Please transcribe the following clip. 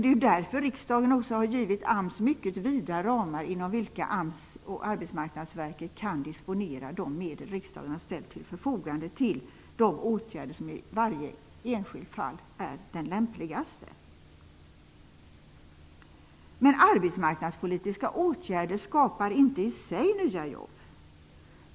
Därför har riksdagen givit AMS mycket vida ramar, inom vilka man kan disponera de medel som riksdagen har ställt till förfogande för de åtgärder som i varje enskilt fall är de lämpligaste. Men arbetsmarknadspolitiska åtgärder skapar inte i sig nya jobb.